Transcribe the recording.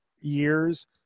years